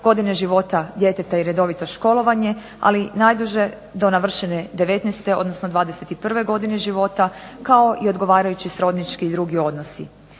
godine života djeteta i redovito školovanje ali najduže do navršene 19. odnosno 21. godine života kao i odgovarajući srodnički i drugi odnosi.